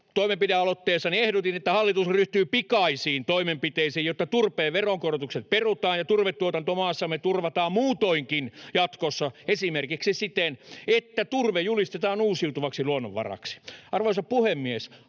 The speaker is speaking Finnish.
toimenpidealoitteessani ehdotin, että hallitus ryhtyy pikaisiin toimenpiteisiin, jotta turpeen veronkorotukset perutaan ja turvetuotanto maassamme turvataan muutoinkin jatkossa, esimerkiksi siten, että turve julistetaan uusiutuvaksi luonnonvaraksi. Arvoisa puhemies!